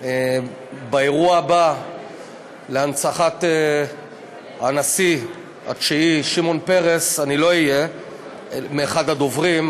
באירוע הבא להנצחת הנשיא התשיעי שמעון פרס אני לא אהיה אחד הדוברים,